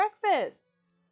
breakfast